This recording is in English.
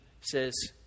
says